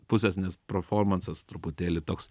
pusės nes performansas truputėlį toks